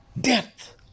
Death